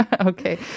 Okay